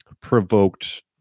provoked